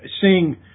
seeing